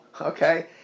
okay